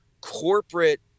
corporate